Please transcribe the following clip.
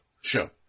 Sure